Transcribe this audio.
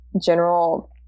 general